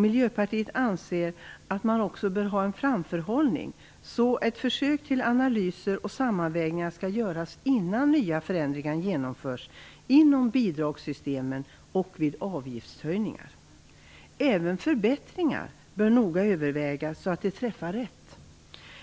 Miljöpartiet anser att man också bör ha en framförhållning. Ett försök till analyser och sammanvägningar skall göras innan nya förändringar genomförs inom bidragssystemen och vid avgiftshöjningar. Även förbättringar bör noga övervägas så att de träffar rätt.